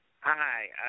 Hi